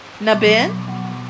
Nabin